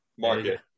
Market